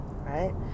Right